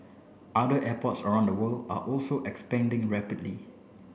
other airports around the world are also expanding rapidly